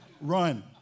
Run